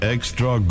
Extra